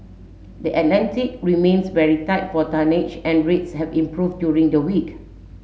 the Atlantic remains very tight for tonnage and rates have improved during the week